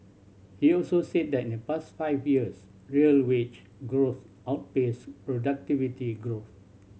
he also said that in the past five years real wage growth outpaced productivity growth